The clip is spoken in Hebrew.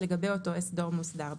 לגבי אותו אזור מוסדר בלבד.